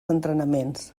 entrenaments